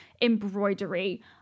embroidery